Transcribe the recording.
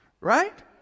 Right